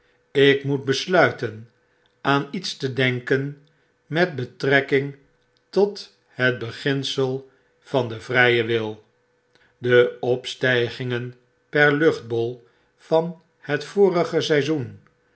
ik moet besluiten aan iets te denken met betrekking tot het beginsel van den vryen wil de opstijgingen per luchtbol van het vorige seizoen